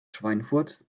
schweinfurt